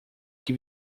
que